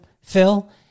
Phil